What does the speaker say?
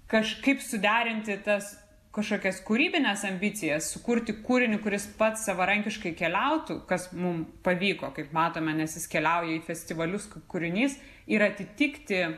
kažkaip suderinti tas kažkokias kūrybines ambicijas sukurti kūrinį kuris pats savarankiškai keliautų kas mum pavyko kaip matome nes jis keliauja į festivalius kur kūrinys ir atitikti